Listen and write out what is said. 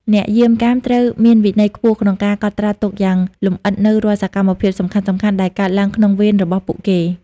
អ្នកយាមកាមត្រូវមានវិន័យខ្ពស់ក្នុងការកត់ត្រាទុកយ៉ាងលម្អិតនូវរាល់សកម្មភាពសំខាន់ៗដែលកើតឡើងក្នុងវេនរបស់ពួកគេ។